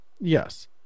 Yes